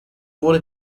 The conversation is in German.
wurde